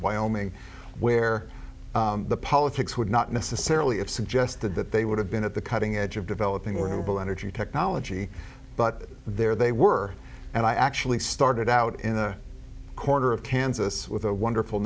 wyoming where the politics would not necessarily have suggested that they would have been at the cutting edge of developing renewable energy technology but there they were and i actually started out in the corner of kansas with a wonderful